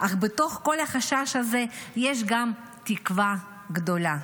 אך בתוך כל החשש הזה יש גם תקווה גדולה.